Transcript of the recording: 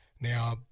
Now